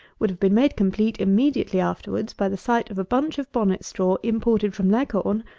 would have been made complete immediately afterwards by the sight of a bunch of bonnet-straw imported from leghorn,